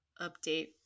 update